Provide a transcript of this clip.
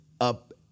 up